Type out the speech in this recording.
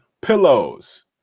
pillows